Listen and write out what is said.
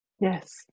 Yes